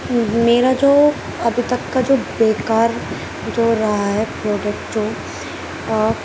میرا جو ابھی تک کا جو بےکار جو رہا ہے پروڈکٹ جو آپ